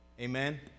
Amen